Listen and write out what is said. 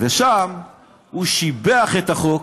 ושם הוא שיבח את החוק.